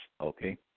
okay